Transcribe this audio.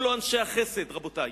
הם לא אנשי החסד, רבותי.